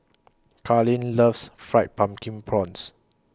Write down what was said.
Carlyn loves Fried Pumpkin Prawns